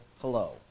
hello